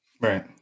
Right